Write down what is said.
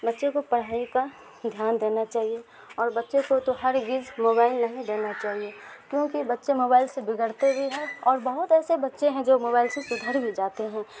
بچے کو پڑھائی کا دھیان دینا چاہیے اور بچے کو تو ہر گز موبائل نہیں دینا چاہیے کیونکہ بچے موبائل سے بگڑتے بھی ہیں اور بہت ایسے بچے ہیں جو موبائل سے سدھر بھی جاتے ہیں